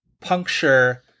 puncture